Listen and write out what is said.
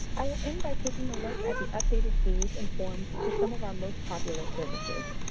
i'll end by taking a look at the updated fees and forms for some of our most popular services.